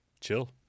Chill